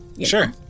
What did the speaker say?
Sure